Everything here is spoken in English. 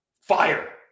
fire